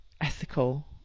ethical